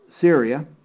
Syria